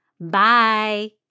Bye